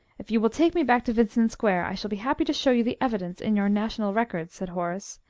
if you will take me back to vincent square, i shall be happy to show you the evidence in your national records, said horace.